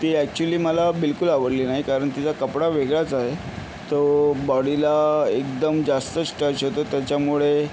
ती अॅक्च्युअली मला बिलकुल आवडली नाही कारण तिचा कपडा वेगळाच आहे तो बॉडीला एकदम जास्तच टच होतो त्याच्यामुळे